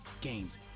games